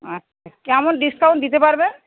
আচ্ছা কেমন ডিসকাউন্ট দিতে পারবেন